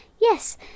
yes